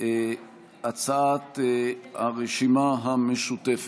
הצעת הרשימה המשותפת.